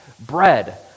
bread